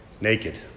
naked